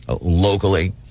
Locally